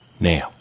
Now